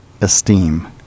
esteem